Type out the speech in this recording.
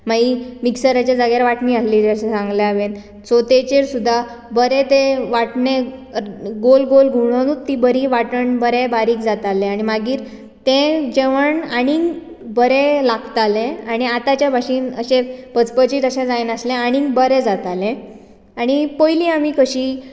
मागीर मिक्सराच्या जाग्यार वांटणी आयली जशें सांगलां हांवें चवथेचेर सुद्दा बरे ते वांटणें गोल गोल घुंवडावनूच ती बरी वांटण बरें बारीक जातालें आनी मागीर तें जेवण आनीक बरें लागतालें आनी आतांच्या भशेन पचपचीत अशें जायनासलें आनीक बरें जातालें आनी पयलीं आमी कशीं